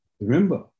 Remember